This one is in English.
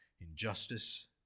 injustice